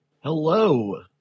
Hello